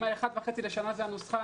אם 1.5% לשנה זה הנוסחה,